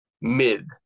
mid